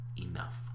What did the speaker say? enough